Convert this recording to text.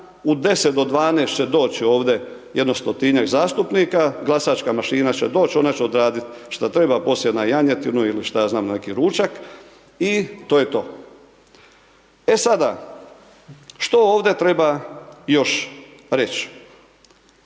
u 10 do 12 će doći ovdje jedno 100-njak zastupnika, glasačka mašina će doći, ona će odraditi što treba, poslije na janjetinu ili što ja znam na neki ručak i to je to. E sada što ovdje treba još reći?